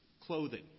clothing